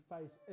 face